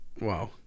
Wow